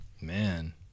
Man